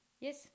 Yes